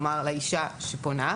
כלומר, האישה שפונה.